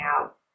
out